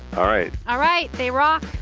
all right all right. they rock.